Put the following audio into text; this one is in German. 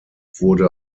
wurde